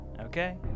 Okay